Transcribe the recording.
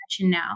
now